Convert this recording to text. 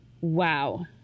Wow